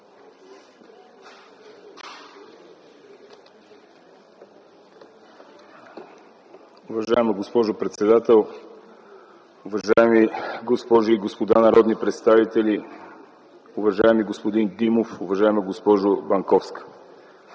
Уважаема госпожо председател, уважаеми госпожи и господа народни представители, уважаеми господин Димов, уважаема госпожо Банковска!